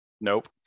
Nope